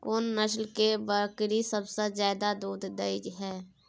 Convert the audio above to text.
कोन नस्ल के बकरी सबसे ज्यादा दूध दय हय?